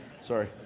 Sorry